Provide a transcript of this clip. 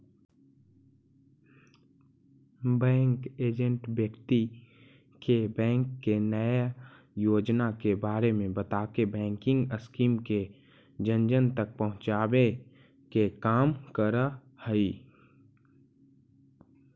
bank agent व्यक्ति के bank के नया योजना के बारे में बताके बैंकिंग स्कीम के जन जन तक पहुंचावे के काम करऽ हइ